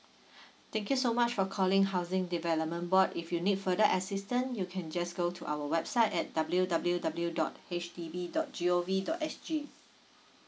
thank you so much for calling housing development board if you need for the assistant you can just go to our website at W W W dot H D B dot G O V dot S G